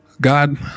God